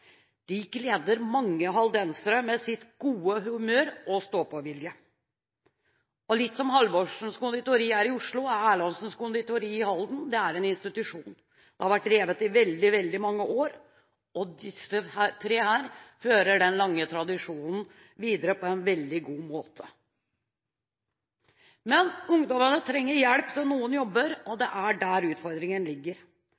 De gleder mange haldensere med sitt gode humør og sin stå-på-vilje. Litt på samme måte som Halvorsens Conditori her i Oslo er Erlandsens Conditori i Halden en institusjon. Det har vært drevet i veldig, veldig mange år, og disse tre fører den lange tradisjonen videre på en veldig god måte. Men ungdommene trenger hjelp til noen jobber, og